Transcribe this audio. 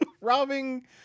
Robbing